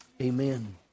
Amen